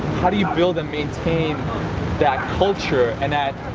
how do you build and maintain that culture and that,